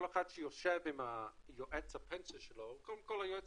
כל אחד שיושב עם יועץ הפנסיה שלו קודם כל יועץ